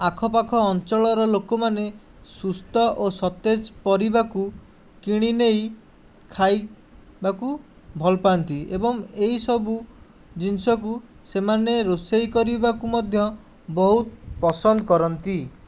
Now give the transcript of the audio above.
ଆଖପାଖ ଅଞ୍ଚଳର ଲୋକମାନେ ସୁସ୍ଥ ଓ ସତେଜ ପରିବାକୁ କିଣି ନେଇ ଖାଇବାକୁ ଭଲପାଆନ୍ତି ଏବଂ ଏହିସବୁ ଜିନିଷକୁ ସେମାନେ ରୋଷେଇ କରିବାକୁ ମଧ୍ୟ ବହୁତ ପସନ୍ଦ କରନ୍ତି